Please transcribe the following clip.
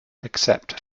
except